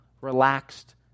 relaxed